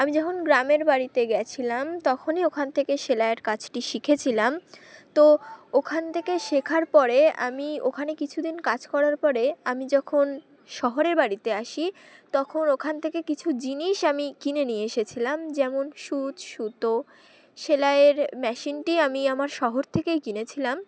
আমি যখন গ্রামের বাড়িতে গিয়েছিলাম তখনই ওখান থেকে সেলাইয়ের কাজটি শিখেছিলাম তো ওখান থেকে শেখার পরে আমি ওখানে কিছুদিন কাজ করার পরে আমি যখন শহরের বাড়িতে আসি তখন ওখান থেকে কিছু জিনিস আমি কিনে নিয়ে এসেছিলাম যেমন সূচ সুতো সেলাইয়ের মেশিনটি আমি আমার শহর থেকেই কিনেছিলাম